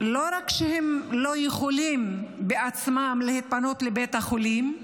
לא רק שהם לא יכולים להתפנות בעצמם לבית החולים,